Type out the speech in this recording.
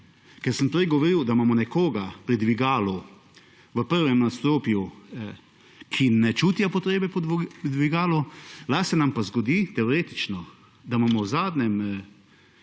Ker sem prej govoril, da imamo nekoga pri dvigalu v prvem nadstropju, ki ne čutijo potrebe po dvigalu lahko se nam pa zgodi teoretično, da imamo v zadnjem